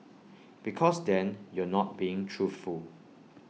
because then you're not being truthful